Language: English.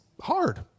hard